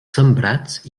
sembrats